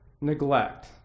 neglect